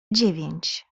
dziewięć